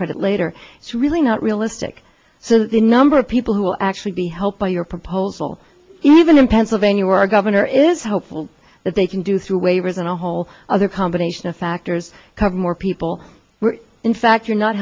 credit later it's really not realistic so the number of people who will actually be helped by your proposal even in pennsylvania where our governor is hopeful that they can do through waivers and a whole other combination of factors cover more people were in fact you're not